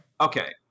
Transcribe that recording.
Okay